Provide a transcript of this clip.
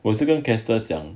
我是跟 castile 讲